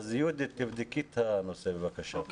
אז יהודית, תבדקי את הנושא בבקשה.